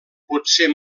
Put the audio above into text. potser